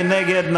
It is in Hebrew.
מי נגד?